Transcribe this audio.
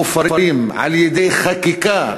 מופרים על-ידי חקיקה.